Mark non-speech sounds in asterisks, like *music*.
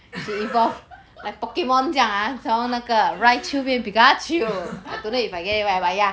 *laughs*